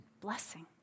blessing